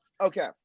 Okay